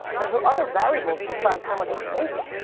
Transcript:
there's other variables besides how much you make.